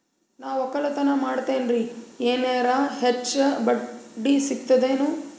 ನಾ ಒಕ್ಕಲತನ ಮಾಡತೆನ್ರಿ ಎನೆರ ಹೆಚ್ಚ ಬಡ್ಡಿ ಸಿಗತದೇನು?